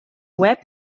web